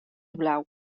blau